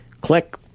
Click